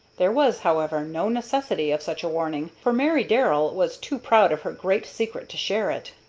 there was, however, no necessity of such a warning, for mary darrell was too proud of her great secret to share it.